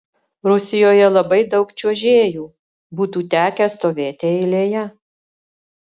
rusijoje labai daug čiuožėjų būtų tekę stovėti eilėje